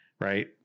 Right